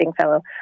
fellow